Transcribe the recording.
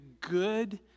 good